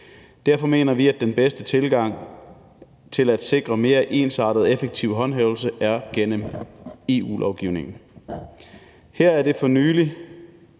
Derfor mener vi, at den bedste tilgang til at sikre mere ensartet og effektiv håndhævelse er gennem EU-lovgivning. Her er der for nylig